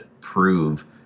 prove